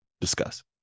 discuss